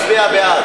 נא להצביע.